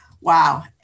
Wow